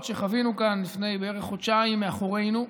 שחווינו כאן לפני בערך חודשיים מאחורינו,